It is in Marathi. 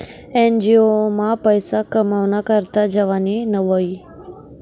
एन.जी.ओ मा पैसा कमावाना करता जावानं न्हयी